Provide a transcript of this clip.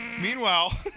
Meanwhile